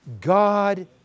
God